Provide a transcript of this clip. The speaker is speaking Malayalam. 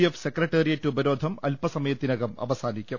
എഫ് സെക്രട്ടറിയേറ്റ് ഉപരോധം അൽപ സമയത്തിനകം അവസാനിക്കും